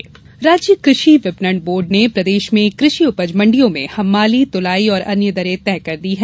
नई दरें राज्य कृषि विपणन बोर्ड ने प्रदेश में कृषि उपज मंडियों में हम्माली तुलाई और अन्य दरें तय कर दी है